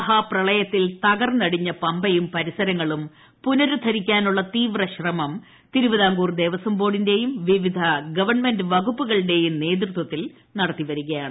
മഹാപ്രളയത്തിൽ തകർന്നടിഞ്ഞ പമ്പയും പ്രിസരങ്ങളും പുനരുദ്ധരിക്കാനുളള തീവ്രശ്രമം തിരുവിതാക്കൂർ ദേവസം ബോർഡിന്റെയും വിവിധ ഗവൺമെന്റ് വകുപ്പുകളുടേയും നേതൃത്വത്തിൽ നടത്തി വരികയാണ്